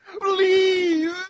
Please